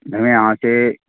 मैंने आके